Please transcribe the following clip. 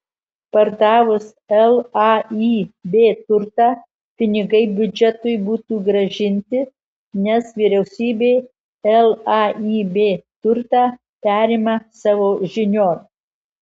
pardavus laib turtą pinigai biudžetui būtų grąžinti nes vyriausybė laib turtą perima savo žinion